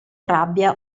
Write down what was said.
rabbia